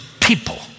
people